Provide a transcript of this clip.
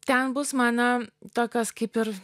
ten bus mano tokios kaip ir